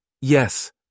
Yes